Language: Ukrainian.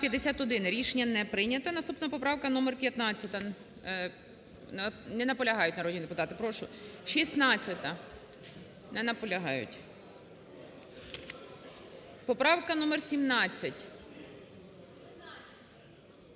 Поправка номер 17.